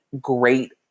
great